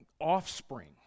offspring